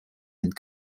and